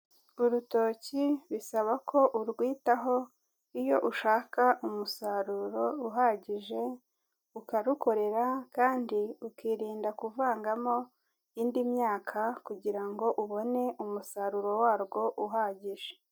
Urutoki bisaba ko urwitaho iyo ushaka umusaruro uhagije, ukarukorera kandi ukirinda kuvangamo indi myaka kugira ngo ubone umusaruro warwo uhagije.